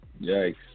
Yikes